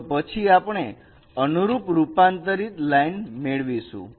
તો પછી આપણે અનુરૂપ રૂપાંતરિત લાઈન મેળવીશું